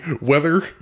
weather